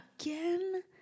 again